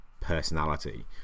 personality